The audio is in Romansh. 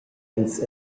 ch’ils